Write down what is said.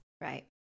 Right